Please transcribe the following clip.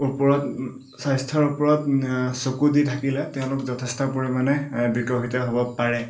ওপৰত স্বাস্থ্যৰ ওপৰত চকু দি থাকিলে তেওঁলোক যথেষ্ট পৰিমাণে বিকশিত হ'ব পাৰে